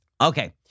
Okay